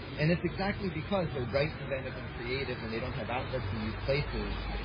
and it's exactly because they're bright, inventive, and creative, and they don't have outlets in these places,